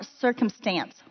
circumstance